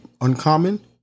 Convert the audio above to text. uncommon